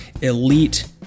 elite